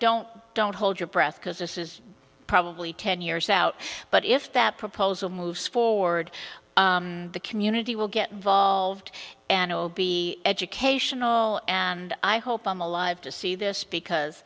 don't don't hold your breath because this is probably ten years out if that proposal moves forward the community will get involved and it will be educational and i hope i'm alive to see this because